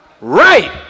Right